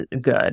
good